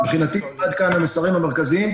מבחינתי, עד כאן המסרים המרכזיים.